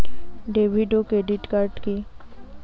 David ও credit card কি?